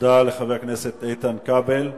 תודה לחבר הכנסת איתן כבל.